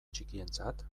txikientzat